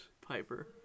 Piper